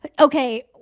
Okay